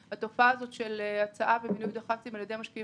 התופעה הזאת של הצעה של דח"צים על ידי משקיעים